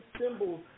symbols